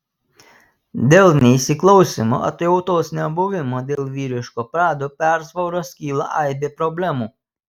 dėl neįsiklausymo atjautos nebuvimo dėl vyriško prado persvaros kyla aibė problemų